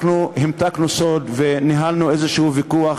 אנחנו המתקנו סוד וניהלנו איזשהו ויכוח